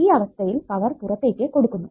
ഈ അവസ്ഥയിൽ പവർ പുറത്തേക്ക് കൊടുക്കുന്നു